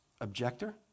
objector